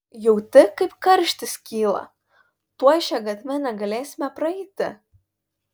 jauti kaip karštis kyla tuoj šia gatve negalėsime praeiti